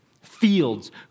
fields